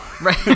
Right